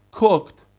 cooked